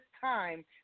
time